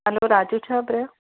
हलो Raju Chhabria